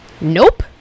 Nope